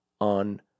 on